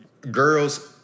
girls